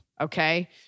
okay